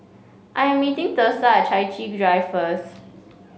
I am meeting Thursa Chai Chee Drive first